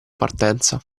partenza